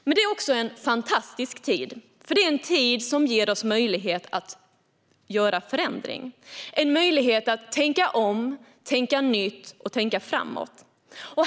Men det är också en fantastisk tid, för det är en tid som ger oss möjlighet att göra förändring - en möjlighet att tänka om, tänka nytt och tänka framåt.